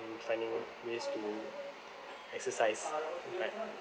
and finding ways to exercise but